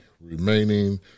remaining